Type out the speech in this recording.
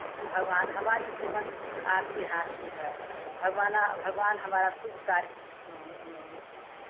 कि भगवान हमारी जीवन आपके हाथ में है भगवान भगवान हमारा शुभ कार्य